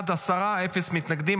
אין מתנגדים.